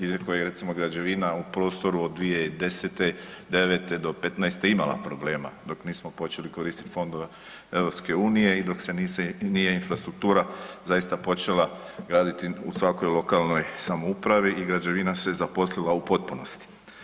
Iako je recimo građevina u prostoru od 2010., '09.-te do '15.-te imala problema dok nismo počeli koristiti fondove EU i dok se nije infrastruktura zaista počela graditi u svakoj lokalnoj samoupravi i građevina se zaposlila u potpunosti.